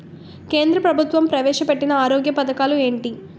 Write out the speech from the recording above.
కేంద్ర ప్రభుత్వం ప్రవేశ పెట్టిన ఆరోగ్య పథకాలు ఎంటి?